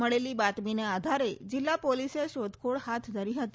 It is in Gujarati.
મળેલી બાતમીના આધારે જિલ્લા પોલીસે શોધખોળ હાથ ધરી હતી